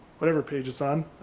whatever page is on,